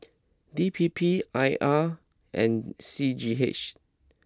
D P P I R and C G H